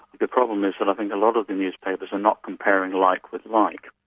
the problem is that i think a lot of the newspapers are not comparing like with like.